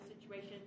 situation